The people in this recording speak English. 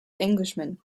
englishmen